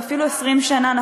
גם 20. ואפילו 20 שנה,